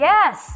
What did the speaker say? Yes